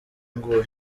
nguyu